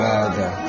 Father